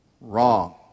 Wrong